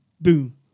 boom